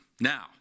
Now